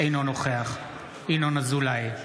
אינו נוכח ינון אזולאי,